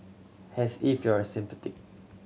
has if you're a sceptic